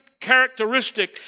characteristic